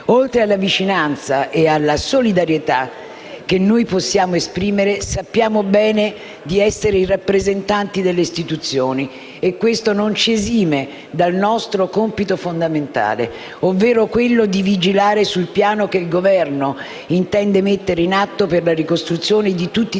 Oltre alla vicinanza e alla solidarietà che noi possiamo esprimere, sappiamo bene di essere i rappresentanti delle istituzioni e questo non ci esime dal dover svolgere il nostro compito fondamentale, ovvero quello di vigilare sul piano che il Governo intende mettere in atto per la ricostruzione di tutti i territori